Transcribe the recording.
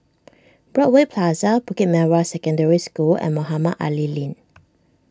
Broadway Plaza Bukit Merah Secondary School and Mohamed Ali Lane